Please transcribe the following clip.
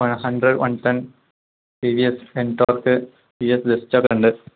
one hundred one ten P G S സെൻ്വർക്ക് P G S list ഒക്കെ ഉണ്ട്